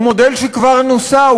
הוא מודל שכבר נוסה.